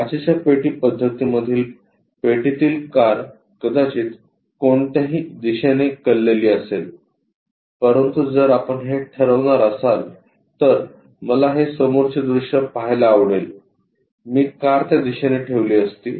तर काचेच्या पेटी पद्धतीमधील पेटीतील कार कदाचित कोणत्याही दिशेने कललेली असेल परंतु जर आपण हे ठरवणार असाल तर मला हे समोरचे दृष्य पहायला आवडेल मी कार त्या दिशेने ठेवली असती